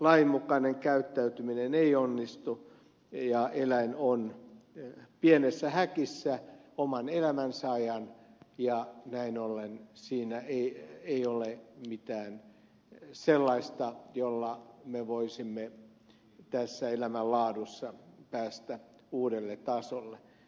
lajinmukainen käyttäytyminen ei onnistu ja eläin on pienessä häkissä oman elämänsä ajan ja näin ollen siinä ei ole mitään sellaista jolla me voisimme tässä elämänlaadussa päästä uudelle tasolle